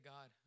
God